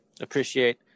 Appreciate